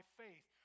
faith